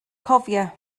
cofia